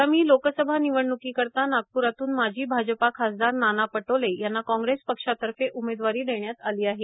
आगामी लोकसभा निवडण्कीकरिता नागपूरातून माजी भाजपा खासदार नाना पटोले यांना कांग्रेस पक्षातर्फे उमेदवारी देण्यात आली आहे